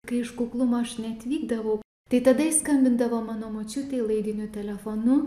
kai iš kuklumo aš neatvykdavau tai tada jis skambindavo mano močiutei laidiniu telefonu